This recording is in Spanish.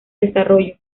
desarrollo